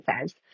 says